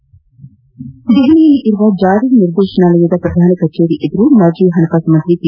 ನವದೆಹಲಿಯಲ್ಲಿರುವ ಜಾರಿನಿರ್ದೇಶನಾಲಯದ ಪ್ರಧಾನ ಕಚೇರಿ ಎದುರು ಮಾಜಿ ಹಣಕಾಸು ಸಚಿವ ಪಿ